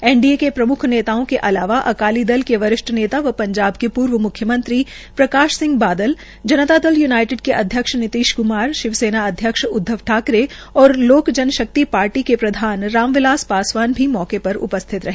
NDA के प्रम्ख नेताओं के अलावा अकाली दल के वरिष्ठ नेता व पंजाब के पूर्व म्ख्यमंत्री प्रकाश सिंह बादल जनता दल यूनाईटेड के अध्यक्ष नितीश कुमार शिव सेना अध्यक्ष उदवव ठाकरे और लोक जनशक्ति पार्टी के प्रधान राम बिलास पासवान भी मौके उप उपस्थित रहे